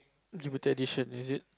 limited edition is it